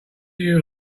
you